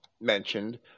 mentioned